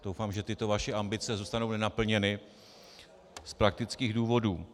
Doufám, že tyto vaše ambice zůstanou nenaplněny z praktických důvodů.